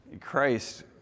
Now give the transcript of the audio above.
Christ